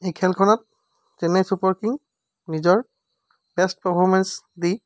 এই খেলখনত Chennai super king নিজৰ বেষ্ট পাৰফৰ্মেঞ্চ দি